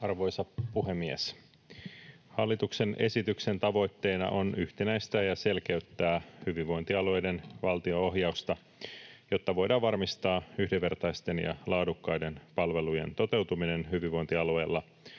Arvoisa puhemies! Hallituksen esityksen tavoitteena on yhtenäistää ja selkeyttää hyvinvointialueiden valtionohjausta, jotta voidaan varmistaa yhdenvertaisten ja laadukkaiden palvelujen toteutuminen hyvinvointialueilla